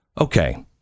Okay